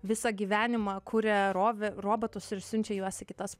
visą gyvenimą kuria rove robotus ir siunčia juos į kitas